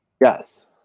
Yes